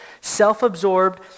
self-absorbed